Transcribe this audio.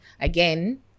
again